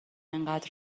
اینقدر